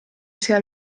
sia